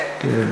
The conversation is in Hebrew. כן.